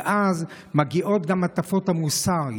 ואז מגיעות גם הטפות המוסר.